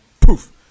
poof